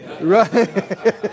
Right